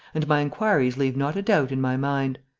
and my inquiries leave not a doubt in my mind.